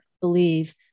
believe